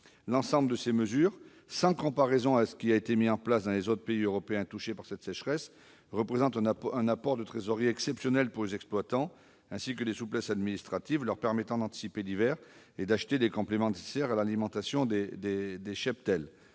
L'ensemble de ces mesures, sans comparaison avec ce qui a été mis en place dans les autres pays européens touchés par cette sécheresse, représente un apport de trésorerie exceptionnel pour les exploitants et des souplesses administratives leur permettant d'anticiper l'hiver et d'acheter les compléments nécessaires à l'alimentation des cheptels.